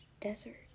desert